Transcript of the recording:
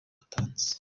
yatanze